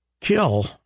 kill